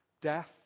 death